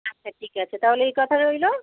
আচ্ছা ঠিক আছে তাহলে এই কথা রইল